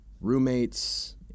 roommates